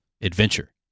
adventure